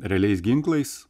realiais ginklais